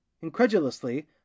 Incredulously